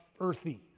earthy